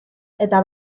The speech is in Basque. eta